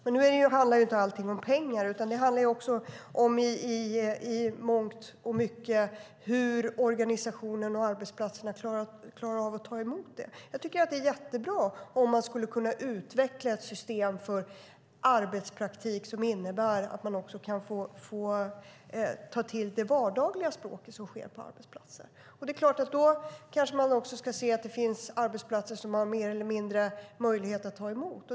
Men nu handlar ju inte allting om pengar, utan det handlar också i mångt och mycket om hur organisationen och arbetsplatserna klarar av att ta emot det. Jag tycker att det är jättebra om man kan utveckla ett system för arbetspraktik som innebär att människor också kan få ta till sig det vardagliga språk som finns på arbetsplatsen. Och då kanske man också ska se att det finns arbetsplatser som har mer eller mindre möjlighet att ta emot.